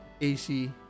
AC